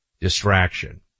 distraction